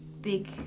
big